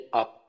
up